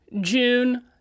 June